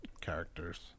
characters